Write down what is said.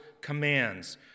commands